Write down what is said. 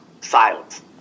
silence